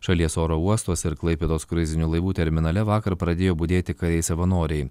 šalies oro uostuose ir klaipėdos kruizinių laivų terminale vakar pradėjo budėti kariai savanoriai